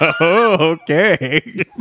Okay